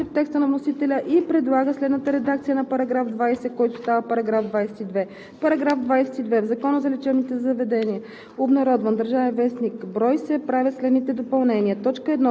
Комисията подкрепя предложението. Комисията подкрепя по принцип текста на вносителя и предлага следната редакция на § 20, който става § 22: „§ 22. В Закона за лечебните заведения